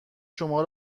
شما